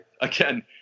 again